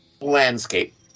landscape